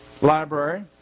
library